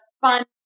fun